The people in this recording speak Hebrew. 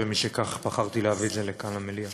ומשכך בחרתי להביא את זה לכאן למליאה.